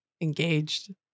engaged